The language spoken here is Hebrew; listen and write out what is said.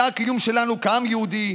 זה הקיום שלנו כעם יהודי.